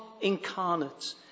incarnate